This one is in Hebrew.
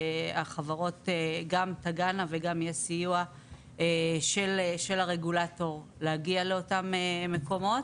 החברות גם תגענה וגם יהיה סיוע של הרגולטור להגיע לאותם מקומות,